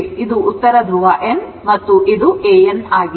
ಇದು ಉತ್ತರ ಧ್ರುವ N ಮತ್ತು ಇದು AN ಆಗಿದೆ